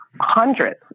hundreds